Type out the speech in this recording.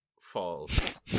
falls